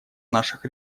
наших